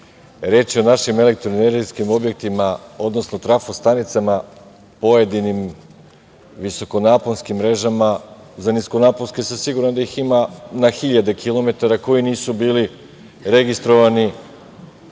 reč je o našim elektroenergetskim objektima, odnosno trafo stanicama, pojedinim visoko naponskim mrežama, za niskonaponske sam siguran da ih ima na hiljade kilometara, koje nisu bili registrovani,